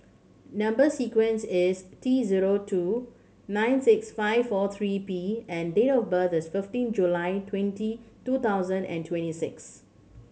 number sequence is T zero two nine six five four three P and date of birth is fifteen July twenty two thousand and twenty six